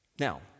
Now